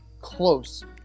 close